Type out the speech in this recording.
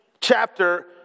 chapter